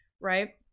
Right